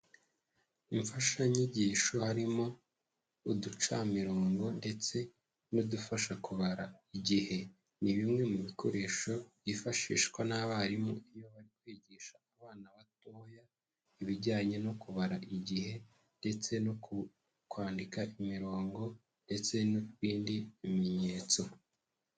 Imfashanyigisho harimo uducamirongo ndetse n'udufasha kubara igihe, ni bimwe mu bikoresho byifashishwa n'abarimu iyo bari kwigisha abana batoya, ibijyanye no kubara igihe ndetse no kwandika imirongo ndetse n'ibindi bimenyetso.